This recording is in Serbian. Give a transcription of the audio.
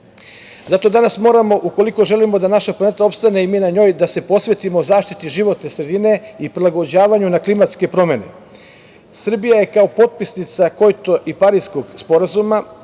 danas moramo, ukoliko želimo da naša planeta opstane i mi na njoj, da se posvetimo zaštiti životne sredine i prilagođavanju na klimatske promene. Srbija je kao potpisnica Kjoto i Pariskog sporazuma